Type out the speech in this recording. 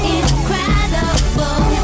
incredible